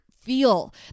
feel